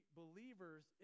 believers